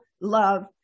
love